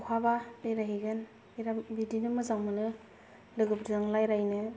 बहाबा बेरायहैगोन बिदिनो मोजां मोनो लोगोफोरजों रायज्लायनो